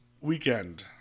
weekend